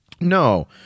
No